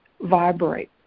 vibrate